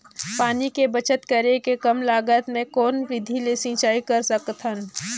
पानी के बचत करेके कम लागत मे कौन विधि ले सिंचाई कर सकत हन?